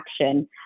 action